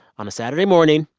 on a saturday morning,